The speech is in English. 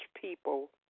people